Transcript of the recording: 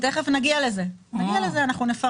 תיכף נגיע לזה, נפרט.